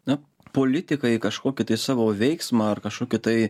na politikai kažkokį tai savo veiksmą ar kažkokį tai